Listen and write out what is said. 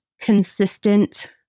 consistent